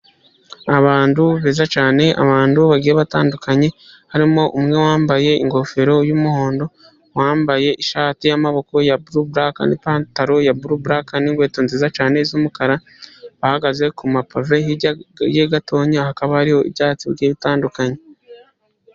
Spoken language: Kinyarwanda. Abantu beza cyane, abantu bagiye batandukanye harimo umwe wambaye ingofero y' umuhondo, wambaye ishati yamaboko ya burubulake, n' ipantaro ya burubulake n' inkweto nziza cyane z' umukara bahagaze ku mapave hirya ye gato hakaba hariho ibyatsi bitandukanye.